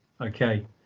okay